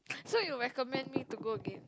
so you recommend me to go again